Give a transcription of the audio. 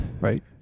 right